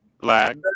Black